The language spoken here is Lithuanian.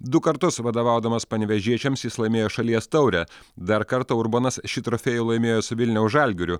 du kartus vadovaudamas panevėžiečiams jis laimėjo šalies taurę dar kartą urbonas šį trofėjų laimėjo su vilniaus žalgiriu